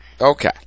Okay